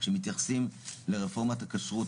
שמתייחסים לרפורמת הכשרות,